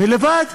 ולבד?